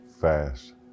Fast